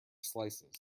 slices